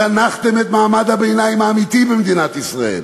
זנחתם את מעמד הביניים האמיתי במדינת ישראל,